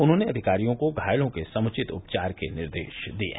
उन्होंने अधिकारियों को घायलों के समुचित उपचार के निर्देश दिये हैं